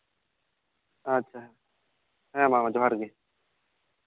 ᱟᱪᱪᱷᱟ ᱦᱮᱸ ᱢᱟ ᱡᱚᱦᱟᱨ ᱜᱮ